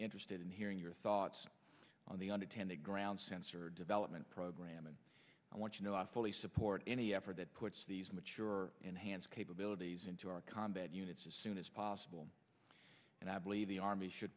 interested in hearing your thoughts on the unintended ground sensor development program and i want you know i fully support any effort that puts these mature enhanced capabilities into our combat units as soon as possible and i believe the army should